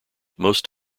most